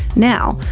now,